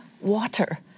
water